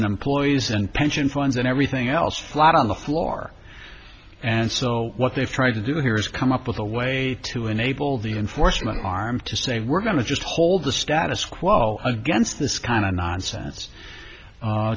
and employees and pension funds and everything else flat on the floor and so what they've tried to do here is come up with a way to enable the enforcement arm to say we're going to just hold the status quo against this kind of nonsense